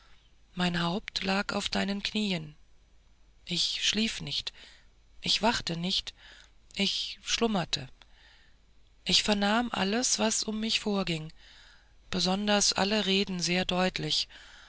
mein haupt lag auf deinen knieen ich schlief nicht ich wachte nicht ich schlummerte ich vernahm alles was um mich vorging besonders alle reden sehr deutlich